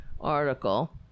article